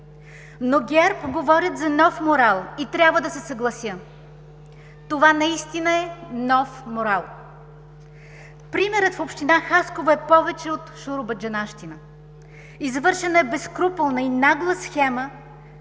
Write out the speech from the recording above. но ГЕРБ говорят за нов морал и трябва да се съглася – това наистина е нов морал. Примерът в община Хасково е повече от шуробаджанащина. Извършена е безскруполна и нагла схема